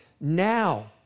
Now